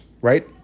Right